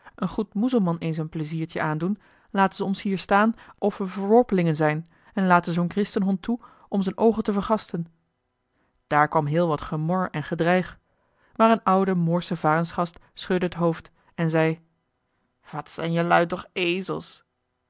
een goed muzelman eens een pleziertje aandoen laten ze ons hier staan of we verworpelingen zijn en laten zoo'n christenhond toe om z'n oogen te vergasten daar kwam heel wat gemor en gedreig maar een oude moorsche varensgast schudde het hoofd en zei wat zijn jelui toch ezels